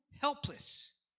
helpless